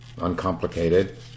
uncomplicated